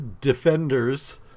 Defenders